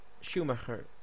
Schumacher